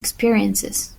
experiences